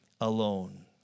alone